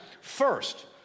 first